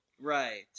Right